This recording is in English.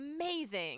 amazing